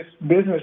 business